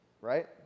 Right